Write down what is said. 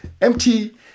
MT